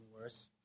worse